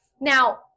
Now –